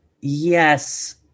yes